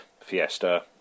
Fiesta